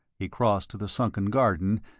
he crossed to the sunken garden,